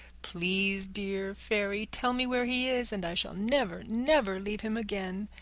please dear fairy, tell me where he is and i shall never, never leave him again!